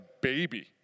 baby